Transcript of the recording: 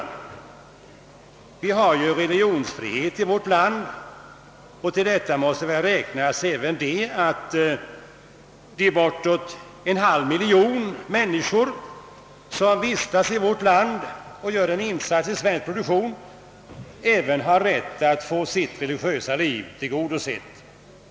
Vi har ju religionsfrihet i vårt land, och däri måste väl anses ligga att även de cirka 500 000 invandrare som vistas här och gör sin insats i svensk produktion skall ha rätt att få sina religiösa behov tillgodosedda.